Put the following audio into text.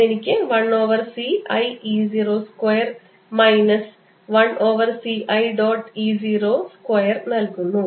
അത് എനിക്ക് 1 over c i E 0 square minus 1 over c i dot E 0 E 0 നൽകുന്നു